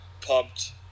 pumped